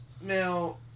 Now